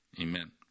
amen